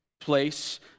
place